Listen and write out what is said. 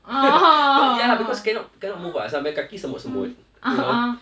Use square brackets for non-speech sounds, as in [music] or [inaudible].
[laughs] but ya lah because cannot cannot move [what] so my kaki semut semut you know